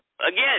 Again